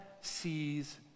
sees